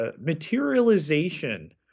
materialization